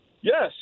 yes